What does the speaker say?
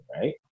right